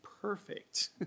perfect